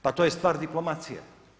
Pa to je stvar diplomacije.